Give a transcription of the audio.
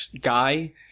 guy